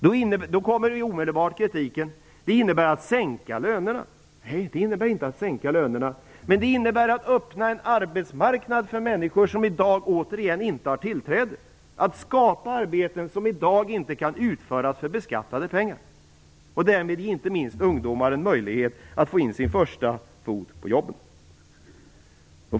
Men då kommer omedelbart kritiken att det innebär att sänka lönerna. Nej, det innebär inte att sänka lönerna. Däremot innebär det att en arbetsmarknad öppnas för människor som i dag inte har tillträde till arbetsmarknaden. Det innebär att arbeten skapas som i dag inte kan utföras för beskattade pengar. Därmed ges inte minst ungdomar möjligheter att för första gången få in en fot på ett jobb.